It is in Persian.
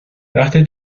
وقتی